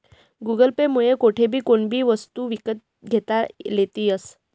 Google Pay मुये कोठेबी कोणीबी वस्तू ईकत लेता यस